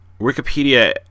Wikipedia